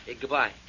Goodbye